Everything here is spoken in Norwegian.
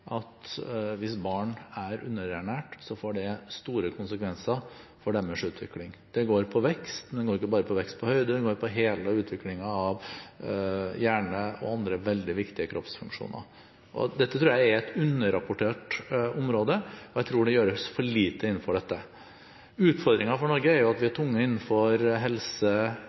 at hvis barn er underernært, får det store konsekvenser for deres utvikling. Det går på vekst, ikke bare på høyde, men på hele utviklingen, av hjerne og av andre veldig viktige kroppsfunksjoner. Dette tror jeg er et underrapportert område, og det gjøres for lite innenfor dette. Utfordringen for Norge er at vi er tunge innenfor helse,